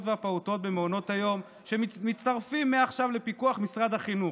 והפעוטות במעונות היום שמצטרפים מעכשיו לפיקוח משרד החינוך.